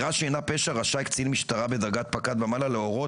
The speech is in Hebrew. קצין משטרה בדרגת פקד ומעלה להורות